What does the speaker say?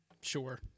Sure